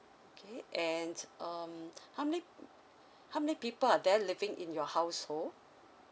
okay and um how many how many people are there living in your household